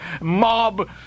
mob